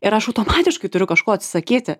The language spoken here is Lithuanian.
ir aš automatiškai turiu kažko atsisakyti